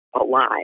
alive